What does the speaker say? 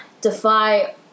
defy